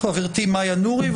חברתי מאיה נורי.